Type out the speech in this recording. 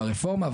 ברפורמה,